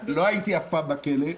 לא הייתי אף פעם בכלא,